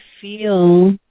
feel